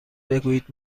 بگویید